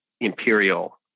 imperial